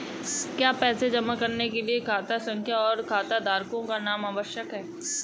क्या पैसा जमा करने के लिए खाता संख्या और खाताधारकों का नाम आवश्यक है?